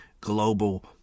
global